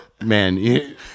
Man